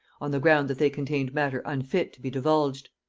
on the ground that they contained matter unfit to be divulged.